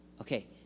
Okay